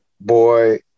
boy